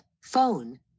phone